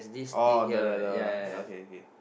oh the the the okay okay